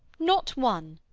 not one.